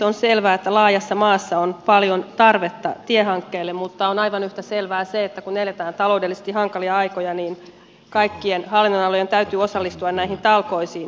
on selvää että laajassa maassa on paljon tarvetta tiehankkeille mutta on aivan yhtä selvää se että kun eletään taloudellisesti hankalia aikoja niin kaikkien hallinnonalojen täytyy osallistua näihin talkoisiin